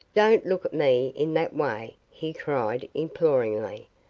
don't look at me in that way, he cried imploringly.